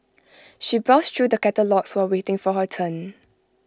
she browsed through the catalogues while waiting for her turn